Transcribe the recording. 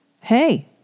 Hey